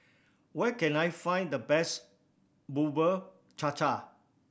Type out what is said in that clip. where can I find the best Bubur Cha Cha